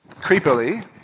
creepily